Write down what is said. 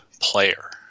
player